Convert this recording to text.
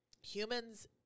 humans